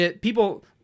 People